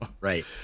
Right